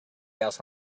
else